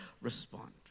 respond